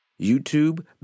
YouTube